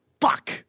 Fuck